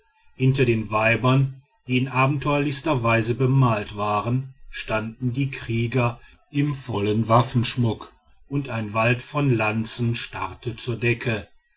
hinter den weibern die in abenteuerlichster weise bemalt waren standen die krieger im vollen waffenschmuck und ein wald von lanzen starrte zur decke